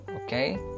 Okay